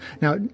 Now